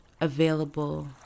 available